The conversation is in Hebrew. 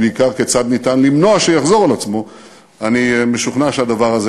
הוא איננו מפוקח על-ידי משרד הבריאות.